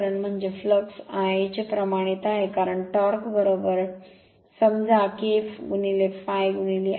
म्हणजे flux Ia चे प्रमाणित आहे कारण टॉर्क टॉर्क समजा K ∅ Ia